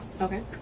Okay